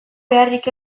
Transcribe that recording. beharrik